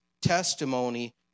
Testimony